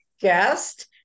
guest